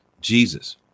Jesus